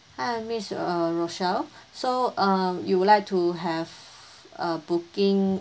hi miss uh rochelle so um you would like to have uh booking